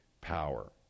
power